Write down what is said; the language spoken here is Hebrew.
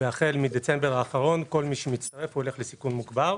והחל מדצמבר האחרון כל מי שמצטרף הולך לסיכון מוגבר.